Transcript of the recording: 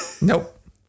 Nope